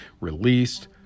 released